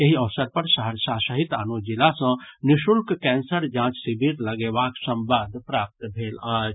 एहि अवसर पर सहरसा सहित आनो जिला सॅ निःशुल्क कैंसर जांच शिविर लगेबाक संवाद प्राप्त भेल अछि